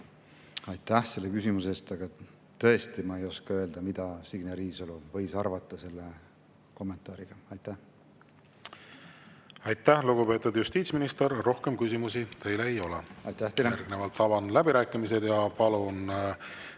Aitäh selle küsimuse eest! Ma tõesti ei oska öelda, mida Signe Riisalo võis [mõelda] selle kommentaariga. Aitäh, lugupeetud justiitsminister! Rohkem küsimusi teile ei ole. Aitäh teile! Järgnevalt avan läbirääkimised ja palun